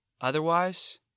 Otherwise